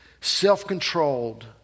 self-controlled